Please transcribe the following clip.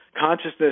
consciousness